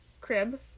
crib